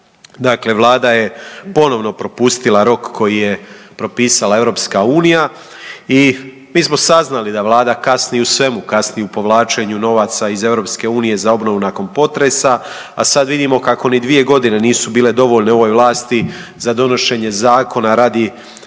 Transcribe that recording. Dakle, Vlada je ponovno propustila rok koji je propisala EU i mi smo saznali da Vlada kasni u svemu, kasni u povlačenju novaca iz EU za obnovu nakon potresa, a sad vidimo kako ni dvije godine nisu bile dovoljne ovoj vlasti za donošenje zakona radi